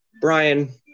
brian